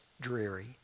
dreary